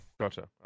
Gotcha